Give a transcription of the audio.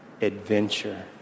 adventure